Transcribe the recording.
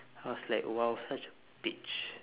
then I was like !wow! such a bitch